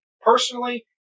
personally